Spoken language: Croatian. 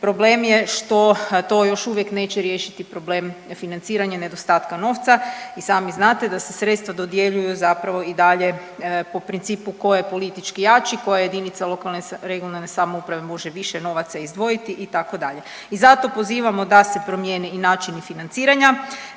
problem je što to još uvijek neće riješiti problem financiranja i nedostatka novca. I sami znate da se sredstva dodjeljuju zapravo i dalje po principu tko je politički jači, koja jedinica lokalne, regionalne samouprave može više novaca izdvojiti itd. I zato pozivamo da se promijene i načini financiranja,